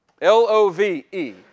L-O-V-E